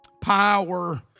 Power